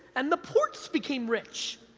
and the ports became rich!